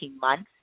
months